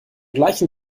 gleichen